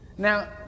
now